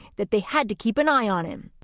that they had to keep an eye on him.